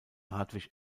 hartwig